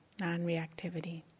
non-reactivity